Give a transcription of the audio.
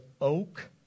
oak